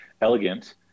elegant